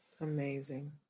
Amazing